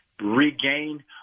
regain